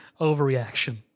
overreaction